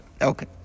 Okay